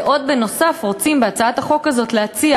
ועוד, בנוסף, רוצים בהצעת החוק הזאת להציע